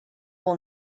will